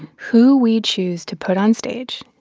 who we choose to put on stage,